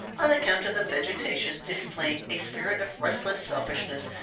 on account of the vegetation displaying a spirit of restless selfishness,